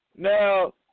Now